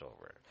over